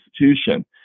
institution